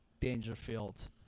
Dangerfield